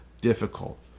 difficult